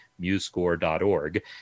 MuseScore.org